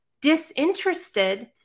disinterested